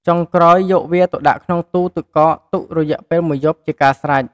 ចុងក្រោយ យកវាទៅដាក់ក្នុងទូរទឹកកកទុករយៈពេលមួយយប់ ជាការស្រេច។